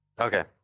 Okay